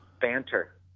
Banter